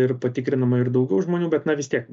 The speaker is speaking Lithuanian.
ir patikrinama ir daugiau žmonių bet na vis tiek